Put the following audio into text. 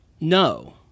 no